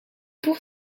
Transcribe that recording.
pour